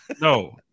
No